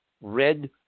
red